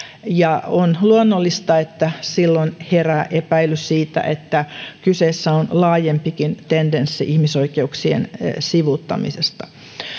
ja on luonnollista että silloin herää epäilys siitä että kyseessä on laajempikin tendenssi ihmisoikeuksien sivuuttamisesta